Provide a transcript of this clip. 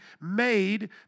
made